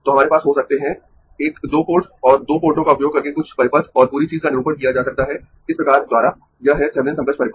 तो हमारे पास हो सकते है एक दो पोर्ट और दो पोर्टों का उपयोग करके कुछ परिपथ और पूरी चीज का निरूपण किया जा सकता है इस प्रकार द्वारा यह है थेविनिन समकक्ष परिपथ